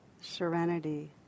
serenity